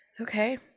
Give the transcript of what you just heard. Okay